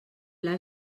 pla